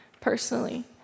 personally